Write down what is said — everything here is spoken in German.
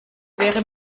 wäre